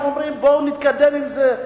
אנחנו אומרים בואו נתקדם עם זה,